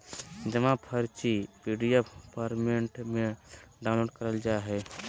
जमा पर्ची PDF format में डाउनलोड करल जा हय